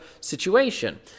situation